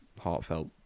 heartfelt